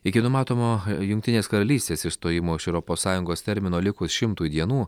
iki numatomo jungtinės karalystės išstojimo iš europos sąjungos termino likus šimtui dienų